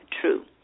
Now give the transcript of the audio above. true